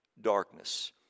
darkness